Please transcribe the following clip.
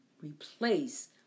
replace